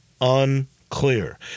unclear